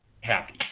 happy